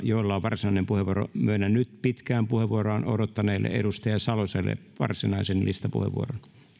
joilla on varsinainen puheenvuoro myönnän nyt pitkään puheenvuoroaan odottaneelle edustaja saloselle varsinaisen listapuheenvuoron